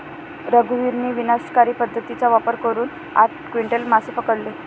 रघुवीरने विनाशकारी पद्धतीचा वापर करून आठ क्विंटल मासे पकडले